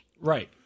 Right